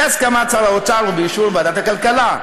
בהסכמת שר האוצר ובאישור ועדת הכלכלה,